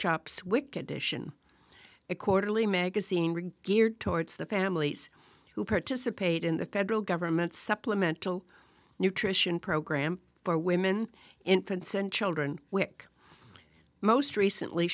chop swick edition a quarterly magazine read geared towards the families who participate in the federal government supplemental nutrition program for women infants and children which most recently